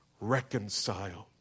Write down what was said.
Reconciled